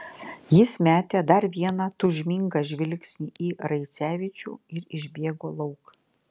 jis metė dar vieną tūžmingą žvilgsnį į raicevičių ir išbėgo lauk